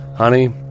Honey